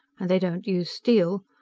and they don't use steel.